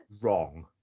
wrong